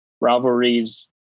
rivalries